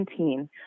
2017